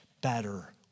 better